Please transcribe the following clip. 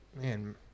man